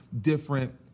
different